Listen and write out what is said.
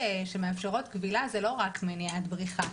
שמאפשרות כבילה זה לא רק מניעת בריחה.